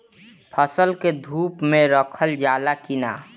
फसल के धुप मे रखल जाला कि न?